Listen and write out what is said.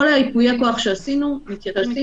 כל ייפוי הכוח שעשינו ---.